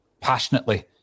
passionately